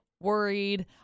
worried